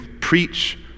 preach